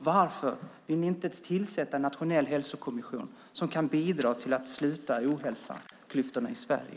Varför vill ni inte ens tillsätta en nationell hälsokommission som kan bidra till att sluta hälsoklyftorna i Sverige?